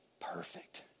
perfect